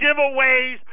giveaways